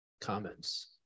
comments